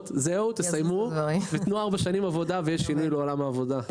ותוכלו לסיים ולהביא שינוי לעולם העבודה.